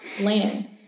land